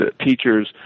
teachers